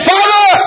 Father